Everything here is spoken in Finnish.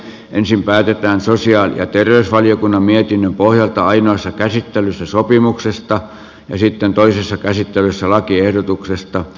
ensin päätetään sosiaali ja terveysvaliokunnan mietinnön pohjalta ainoassa käsittelyssä sopimuksesta ja sitten toisessa käsittelyssä lakiehdotuksesta